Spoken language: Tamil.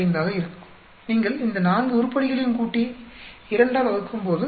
45 ஆக இருக்கும் நீங்கள் இந்த 4 உருப்படிகளையும் கூட்டி 2 ஆல் வகுக்கும்போது